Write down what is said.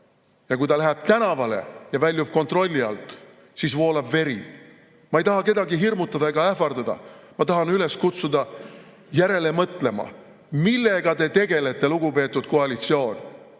Aga kui ta läheb tänavale ja väljub kontrolli alt, siis voolab veri. Ma ei taha kedagi hirmutada ega ähvardada, ma tahan üles kutsuda järele mõtlema. Millega te tegelete, lugupeetud koalitsioon?